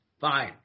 Fine